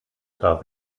darf